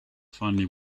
finally